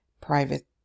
private